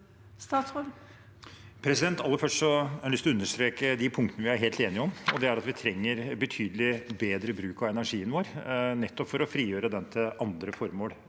Aller først har jeg lyst å understreke de punktene vi er helt enige om, og det er at vi trenger betydelig bedre bruk av energien vår, nettopp for å frigjøre den til andre formål